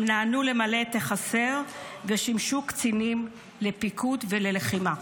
הם נענו למלא את החסר ושימשו קצינים בפיקוד ובלחימה.